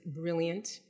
brilliant